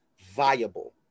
viable